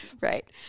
Right